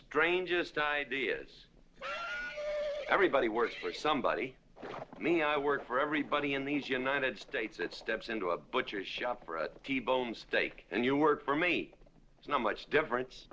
strangest ideas everybody works for somebody i work for everybody in these united states that steps into a butcher shop for a t bone steak and you work for me it's not much differen